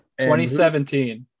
2017